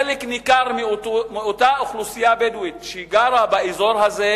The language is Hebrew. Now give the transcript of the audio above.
חלק ניכר מאותה אוכלוסייה בדואית שגרה באזור הזה,